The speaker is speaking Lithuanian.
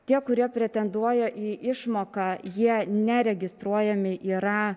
tie kurie pretenduoja į išmoką jie neregistruojami yra